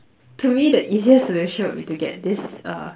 to me the easiest solution would be to get this uh